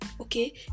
okay